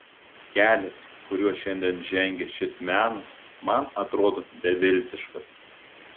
kelias kuriuo šiandien žengia šis menas man atrodo beviltiškas